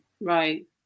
Right